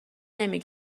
نمی